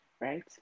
right